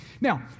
Now